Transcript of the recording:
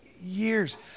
years